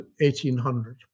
1800